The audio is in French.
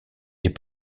est